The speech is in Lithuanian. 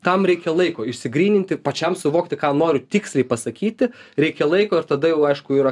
tam reikia laiko išsigryninti pačiam suvokti ką noriu tiksliai pasakyti reikia laiko ir tada jau aišku yra